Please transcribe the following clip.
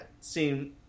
seem